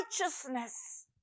righteousness